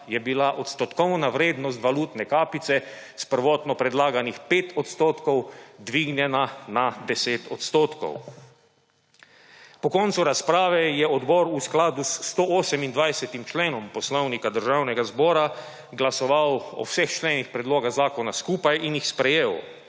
je bila odstotkovna vrednost valutne kapice s prvotno predlaganih 5 odstotkov dvignjena na 10 odstotkov. Po koncu razprave je odbor v skladu s 128. členom Poslovnika Državnega zbora glasoval o vseh členih predloga zakona skupaj in jih sprejel.